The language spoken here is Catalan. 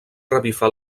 revifar